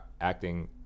acting